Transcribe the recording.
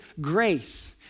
grace